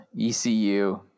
ECU